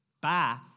Bye